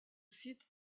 site